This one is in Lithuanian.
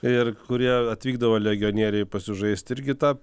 ir kurie atvykdavo legionieriai pas jus žaisti irgi tą